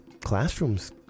classrooms